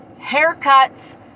haircuts